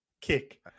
kick –